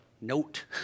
note